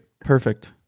Perfect